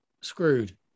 screwed